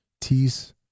tease